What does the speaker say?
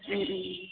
उम उम